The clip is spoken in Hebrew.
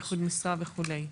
איחוד משרה וכולי.